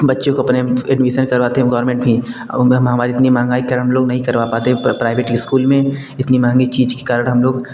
बच्चों को अपने एडमीसन करवाते हैं हम गौरमेंट ही और हमारी इतनी महंगाई के हम लोग नहीं करवा पाते प्राइवेट इस्कूल में इतनी महंगी चीज़ के कारण हम लोग